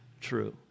true